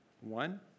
One